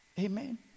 Amen